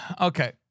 Okay